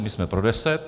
My jsme pro deset.